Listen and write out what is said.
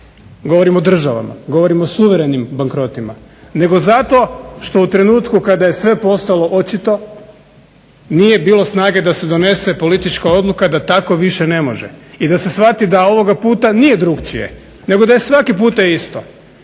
govorim o državama, govorim o suverenim bankrotima, nego zato što u trenutku kada je sve postalo očito nije bilo snage da se donese politička odluka da tako više ne može i da se shvati da ovoga puta nije drukčije nego da je svaki puta isto.